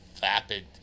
vapid